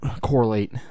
correlate